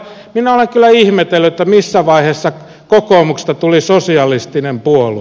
minä olen kyllä ihmetellyt missä vaiheessa kokoomuksesta tuli sosialistinen puolue